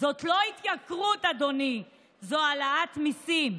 זאת לא התייקרות, אדוני, זו העלאת מיסים.